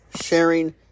sharing